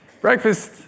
Breakfast